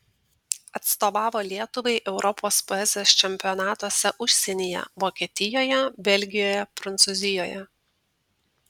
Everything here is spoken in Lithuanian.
atstovavo lietuvai europos poezijos čempionatuose užsienyje vokietijoje belgijoje prancūzijoje